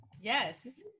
Yes